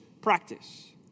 practice